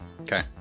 okay